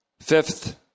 Fifth